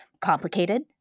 complicated